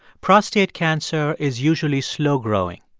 prostate cancer is usually slow growing.